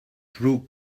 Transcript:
through